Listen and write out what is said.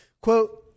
quote